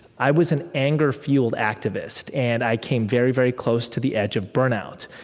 i was an anger-fueled activist. and i came very, very close to the edge of burnout.